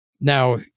now